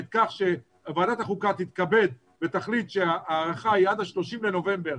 את כך שוועדת החוקה תתכבד ותחליט שההארכה היא עד ה-30 בנובמבר,